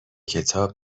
کتاب